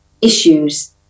issues